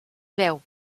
veu